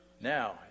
Now